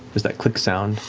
there's that click sound,